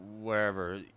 wherever